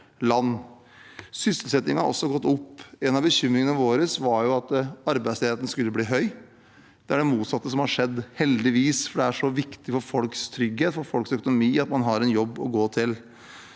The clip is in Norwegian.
Sysselsettingen har også gått opp. En av bekymringene våre var at arbeidsledigheten skulle bli høy. Det er det motsatte som har skjedd – heldigvis, for det er så viktig for folks trygghet og økonomi at man har en jobb å gå til.